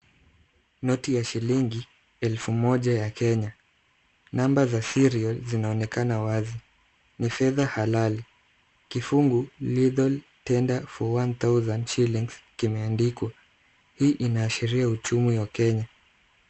Noti ya shilingi elfu moja ya Kenya. Namba za serial zinaonekana wazi. Ni fedha halali. Kifungu lethal tender for one thousand shillings kimeandikwa. Hii inaashiria uchumi wa Kenya.